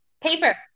Paper